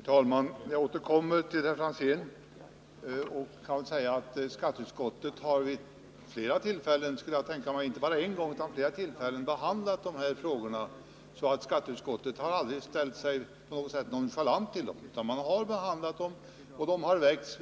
Herr talman! Jag återkommer till herr Franzén och vill säga att skatteutskottet inte bara en gång utan vid flera tillfällen har behandlat de här frågorna. Skatteutskottet har alltså inte på något sätt ställt sig nonchalant till förslagen.